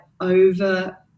over